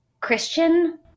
christian